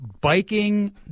Biking